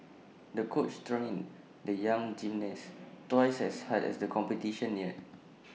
the coach turn in the young gymnast twice as hard as the competition neared